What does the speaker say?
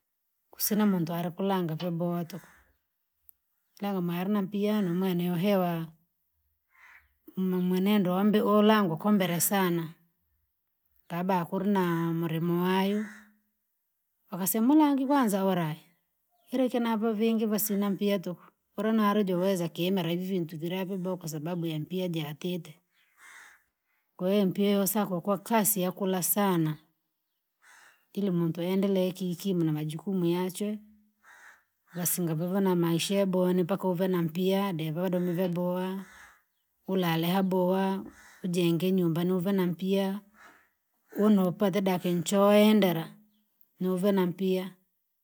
Kusira muntu arakulanga va boha tu, nara nampia nimwene wa hewa, numwenendo wa mbi ulangu umbere sana. Kaba kura mrenu wayuu. Wakasema mnangi kwanza orahi. Ureki navo vingi nangi va sina mpia tu, ura naro diweza kimera ivintu ke boha kwa sababu ya mpia jake kakete. Kwahiyo, empia wasako kwa kasi ya kula sana. Ili muntu aendelee ki- ki na majukumu yachwe, wasinga vana mashebo, yani mpaka uve na mpia. devi va domi vaboha. Ulale ha boha, ujenge nyumbi nuva na mpia, unoupate dake enjoye endera, nuve nampia.